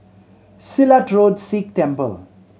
Silat Road Sikh Temple